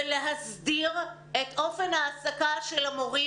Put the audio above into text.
ולהסדיר את אופן העסקת המורים,